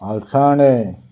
आळसाणे